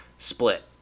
split